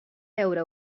veure